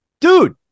dude